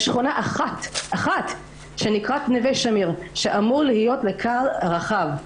יש שכונה אחת שנקראת נווה שמיר שאמורה להיות לקהל הרחב,